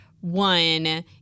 one